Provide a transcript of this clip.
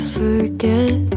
forget